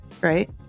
right